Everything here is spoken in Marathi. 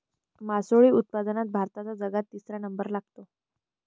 मासोळी उत्पादनात भारताचा जगात तिसरा नंबर लागते